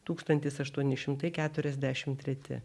tūkstantis aštuoni šimtai keturiasdešim treti